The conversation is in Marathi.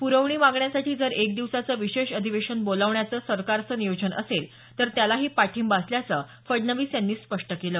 पुरवणी मागण्यांसाठी जर एक दिवसाचं विशेष अधिवेशन बोलवण्याचं सरकराचं नियोजन असेल तर त्यालाही पाठिंबा असल्याचं फडणवीस यांनी स्पष्ट केलं